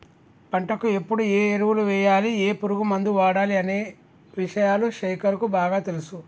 పంటకు ఎప్పుడు ఏ ఎరువులు వేయాలి ఏ పురుగు మందు వాడాలి అనే విషయాలు శేఖర్ కు బాగా తెలుసు